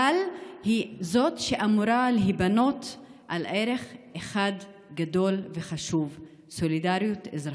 אבל היא אמורה להיבנות על ערך אחד גדול וחשוב: סולידריות אזרחית.